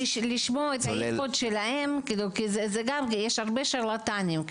לשמוע את האינפוט שלהם, כי גם יש הרבה שרלטנים.